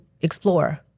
explore